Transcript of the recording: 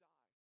die